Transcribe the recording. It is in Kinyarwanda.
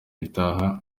itaha